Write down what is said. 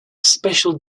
special